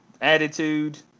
attitude